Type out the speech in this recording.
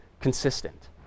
consistent